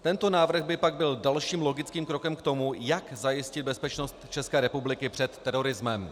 Tento návrh by pak byl dalším logickým krokem k tomu, jak zajistit bezpečnost České republiky přede terorismem.